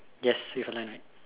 yes with a line right